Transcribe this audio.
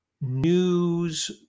news